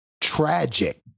tragic